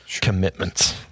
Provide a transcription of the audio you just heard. commitments